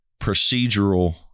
procedural